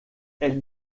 elle